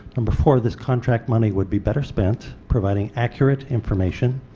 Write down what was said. number four this contract money would be better spent providing accurate information,